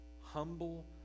Humble